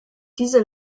diese